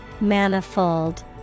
Manifold